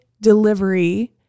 delivery